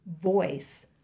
voice